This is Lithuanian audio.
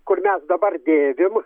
kur mes dabar dėvim